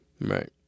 Right